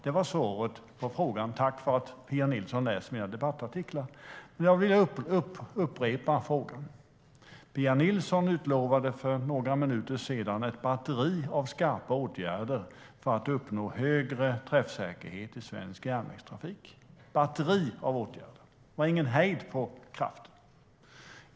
Det var svaret på frågan. Tack för att Pia Nilsson läser mina debattartiklar! Jag vill upprepa min fråga. Pia Nilsson utlovade för några minuter sedan ett batteri av skarpa åtgärder för att uppnå högre träffsäkerhet i svensk järnvägstrafik. Det var ett batteri av åtgärder; det var ingen hejd på kraften.